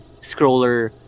scroller